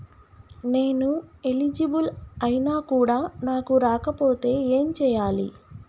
నేను ఎలిజిబుల్ ఐనా కూడా నాకు రాకపోతే ఏం చేయాలి?